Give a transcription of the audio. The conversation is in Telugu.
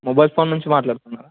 మొబైల్ ఫోన్ నుంచి మాట్లాడుతున్నారా